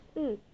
mm